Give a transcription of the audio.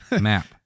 map